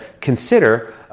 consider